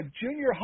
junior